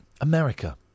America